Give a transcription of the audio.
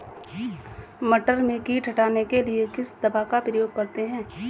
मटर में कीट हटाने के लिए किस दवा का प्रयोग करते हैं?